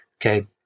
Okay